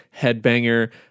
Headbanger